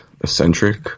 eccentric